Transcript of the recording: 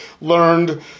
learned